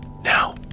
Now